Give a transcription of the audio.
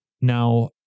Now